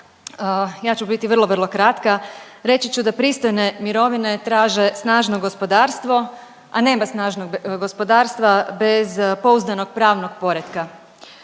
ja ću biti vrlo, vrlo kratka, reći ću da pristojne mirovine traže snažno gospodarstvo, a nema snažnog gospodarstva bez pouzdanog pravnog poretka